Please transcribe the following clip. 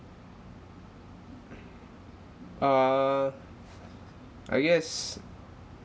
err I guess